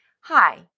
hi